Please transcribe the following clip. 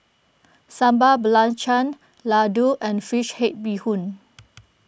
Sambal Belacan Laddu and Fish Head Bee Hoon